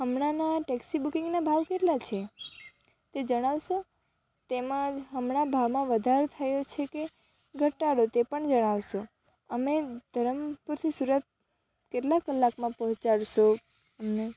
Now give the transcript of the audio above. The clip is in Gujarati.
હમણાના ટેક્સી બુકિંગના ભાવ કેટલા છે તે જણાવશો તેમજ હમણાં ભાવમાં વધારો થયો છે કે ઘટાડો તે પણ જણાવશો અમે ધરમપુરથી સુરત કેટલા કલાકમાં પહોંચાડશો અમને